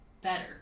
better